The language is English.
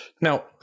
Now